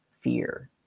Fear